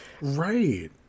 right